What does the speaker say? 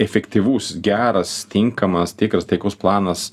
efektyvus geras tinkamas tikras taikos planas